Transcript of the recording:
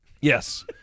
Yes